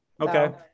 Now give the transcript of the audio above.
Okay